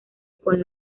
con